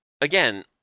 Again